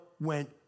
Went